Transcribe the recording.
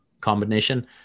combination